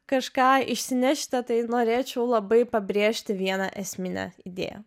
kažką išsinešite tai norėčiau labai pabrėžti vieną esminę idėją